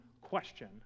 question